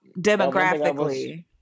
demographically